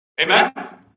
Amen